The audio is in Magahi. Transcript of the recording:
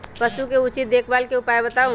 पशु के उचित देखभाल के उपाय बताऊ?